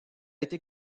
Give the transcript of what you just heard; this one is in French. été